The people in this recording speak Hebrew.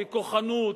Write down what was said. בכוחנות,